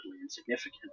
insignificant